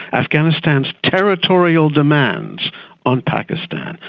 afghanistan's territorial demands on pakistan,